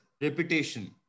reputation